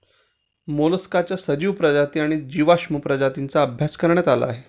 मोलस्काच्या सजीव प्रजाती आणि जीवाश्म प्रजातींचा अभ्यास करण्यात आला आहे